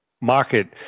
market